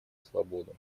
свободу